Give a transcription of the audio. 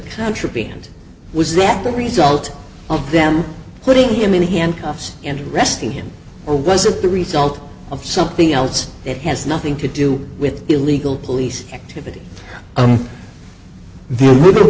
contraband was that the result of them putting him in handcuffs and arresting him or was it the result of something else that has nothing to do with illegal police